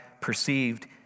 perceived